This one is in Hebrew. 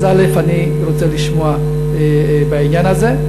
אני רוצה לשמוע בעניין הזה.